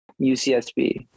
UCSB